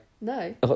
No